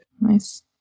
Nice